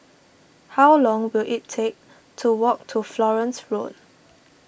how long will it take to walk to Florence Road